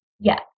Yes